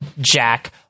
Jack